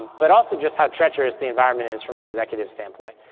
but also just how treacherous the environment is from an executive standpoint.